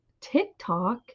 TikTok